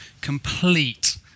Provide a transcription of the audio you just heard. Complete